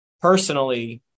personally